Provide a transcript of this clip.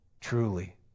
truly